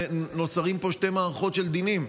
ונוצרות פה שתי מערכות של דינים?